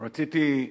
רציתי,